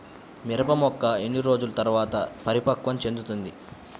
మిరప మొక్క ఎన్ని రోజుల తర్వాత పరిపక్వం చెందుతుంది?